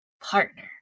partner